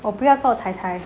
我不要做 tai tai